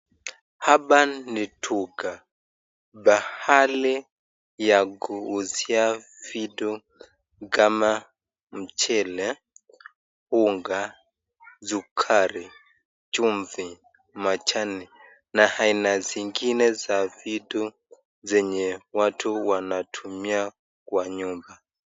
Hapa ni duka pahali ya kuuzia vitu kama mchele, unga, sukari, chumvi, machani na ania zingine za vitu zenye watu wanatumia kea nyumba.